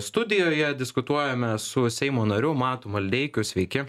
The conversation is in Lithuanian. studijoje diskutuojame su seimo nariu matu maldeikiu sveiki